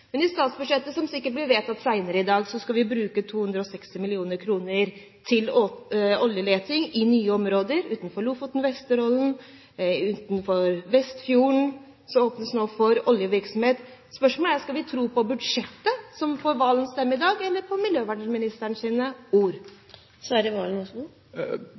Men i statsbudsjettet, som sikkert blir vedtatt senere i dag, skal vi bruke 260 mill. kr til oljeleting i nye områder utenfor Lofoten og Vesterålen. Utenfor Vestfjorden åpnes det nå for oljevirksomhet. Spørsmålet er: Skal vi tro på budsjettet, som får Serigstad Valens stemme i dag, eller på